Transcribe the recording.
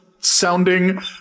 sounding